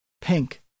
Pink